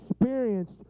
experienced